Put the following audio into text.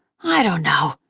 i don't know.